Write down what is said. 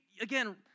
again